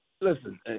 listen